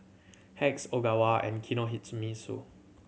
Hacks Ogawa and Kinohimitsu